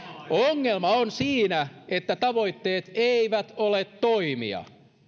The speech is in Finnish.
ongelma on siinä että tavoitteet eivät ole toimia